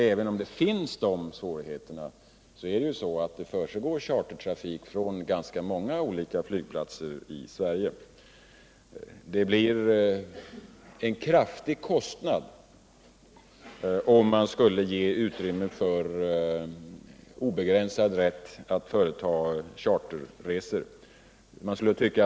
Trots dessa svårigheter försiggår chartertrafik från ganska många flygplatser i Sverige. Det skulle bli en kraftig kostnad, om man skulle ge utrymme för en obegränsad rätt att företa charterresor.